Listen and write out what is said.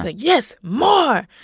ah yes, more.